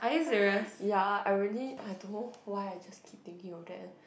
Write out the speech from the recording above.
ya I really I don't know why I just keep thinking of that